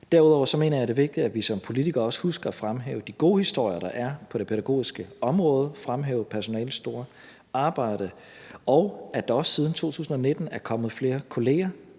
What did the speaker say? Derudover mener jeg, at det er vigtigt, at vi som politikere også husker at fremhæve de gode historier, der er på det pædagogiske område, fremhæve personalets store arbejde, og at der også siden 2019 er kommet flere kolleger